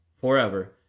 forever